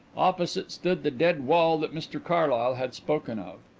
opposite stood the dead wall that mr carlyle had spoken of.